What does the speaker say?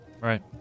Right